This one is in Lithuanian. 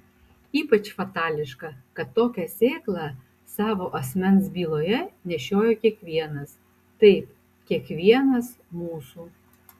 ypač fatališka kad tokią sėklą savo asmens byloje nešiojo kiekvienas taip kiekvienas mūsų